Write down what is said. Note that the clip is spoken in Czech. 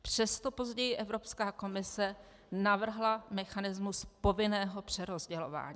Přesto později Evropská komise navrhla mechanismus povinného přerozdělování.